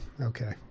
Okay